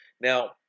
Now